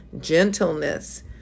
gentleness